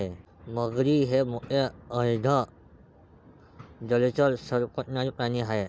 मगरी हे मोठे अर्ध जलचर सरपटणारे प्राणी आहेत